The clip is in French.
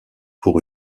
pour